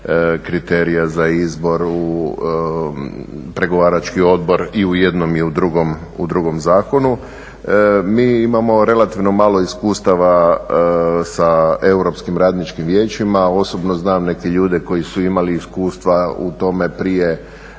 kriterija za izbor u pregovarački odbor i u jednom i u drugom zakonu. Mi imamo relativno malo iskustava sa Europskim radničkim vijećem, osobno znam neke ljude koji su imali iskustva u tome prije